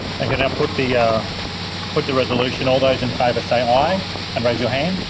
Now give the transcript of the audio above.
like and put the ah put the resolution. all those in favour say aye and raise your hand.